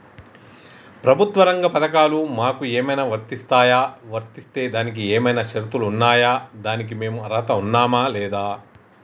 ప్రభుత్వ రంగ పథకాలు మాకు ఏమైనా వర్తిస్తాయా? వర్తిస్తే దానికి ఏమైనా షరతులు ఉన్నాయా? దానికి మేము అర్హత ఉన్నామా లేదా?